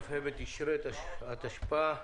כ"ה תשרי התשפ"א,